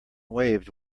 waved